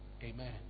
Amen